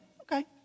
Okay